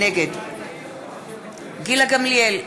נגד גילה גמליאל,